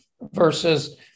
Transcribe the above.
versus